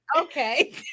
okay